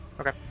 Okay